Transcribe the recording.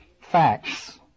facts